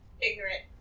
ignorant